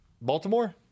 Baltimore